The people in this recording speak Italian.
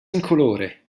incolore